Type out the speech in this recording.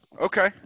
okay